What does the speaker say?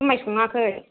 जुमाइ सङाखै